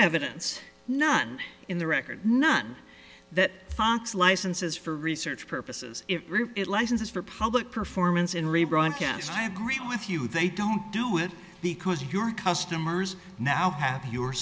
evidence none in the record none that funks licenses for research purposes if it licenses for public performance in rebroadcast i agree with you they don't do it because your customers now have your